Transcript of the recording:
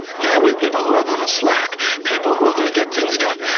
not with people who are going to slack, people who are going to get things done.